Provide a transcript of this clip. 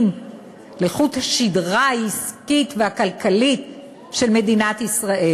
לחוט השדרה העסקי והכלכלי של מדינת ישראל.